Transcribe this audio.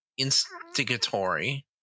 instigatory